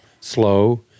slow